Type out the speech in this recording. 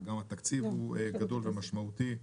גם התקציב הוא גדול ומשמעותי.